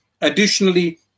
Additionally